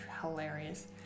hilarious